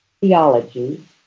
theology